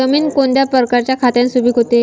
जमीन कोणत्या प्रकारच्या खताने सुपिक होते?